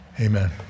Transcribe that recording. Amen